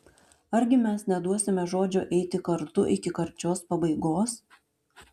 argi mes neduosime žodžio eiti kartu iki karčios pabaigos